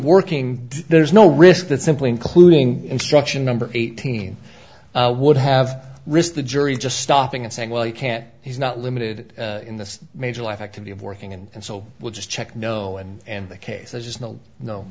working there's no risk that simply including instruction number eighteen would have risked the jury just stopping and saying well you can't he's not limited in the major life activity of working and so we'll just check no and and the case has no no